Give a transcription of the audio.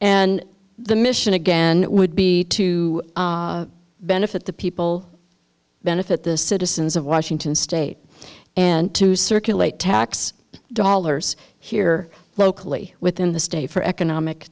and the mission again would be to benefit the people benefit the citizens of washington state and to circulate tax dollars here locally within the state for economic